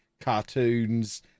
cartoons